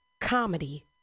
Comedy